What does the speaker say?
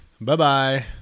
bye-bye